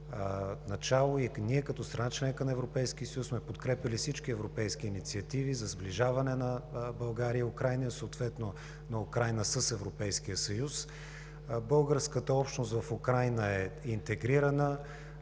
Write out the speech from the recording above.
и като страна – членка на Европейския съюз, сме подкрепяли всички европейски инициативи за сближаване на България и Украйна и съответно на Украйна с Европейския съюз. Българската общност в Украйна е интегрирана,